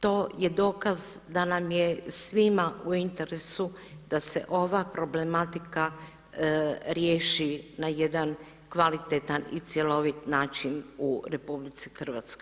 To nam je dokaz da nam je svima u interesu da se ova problematika riješi na jedan kvalitetan i cjelovit način u RH.